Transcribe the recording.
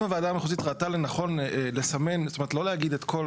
אם הוועדה המחוזית ראתה לא להגיד את כל